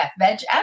VEGF